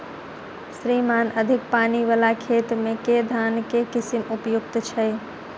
श्रीमान अधिक पानि वला खेत मे केँ धान केँ किसिम उपयुक्त छैय?